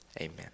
Amen